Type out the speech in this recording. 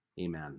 Amen